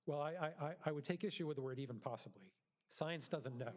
well i would take issue with the word even possibly science doesn't know